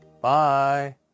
Bye